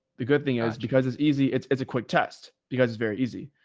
the good thing is because it's easy. it's it's a quick test because it's very easy.